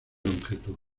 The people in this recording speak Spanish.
longitud